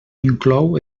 inclou